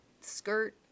skirt